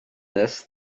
this